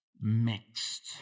mixed